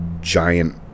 giant